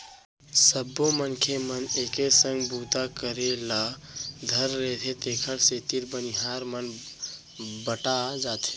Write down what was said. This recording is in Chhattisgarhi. सबो मनखे मन एके संग बूता करे ल धर लेथें तेकर सेती बनिहार मन बँटा जाथें